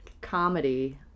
comedy